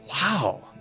Wow